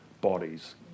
bodies